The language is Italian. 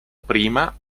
prima